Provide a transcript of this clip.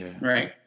right